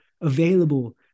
available